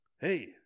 hey